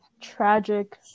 tragic